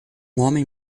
homem